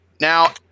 Now